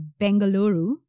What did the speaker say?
Bengaluru